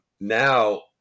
now